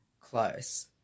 close